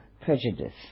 prejudice